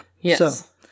Yes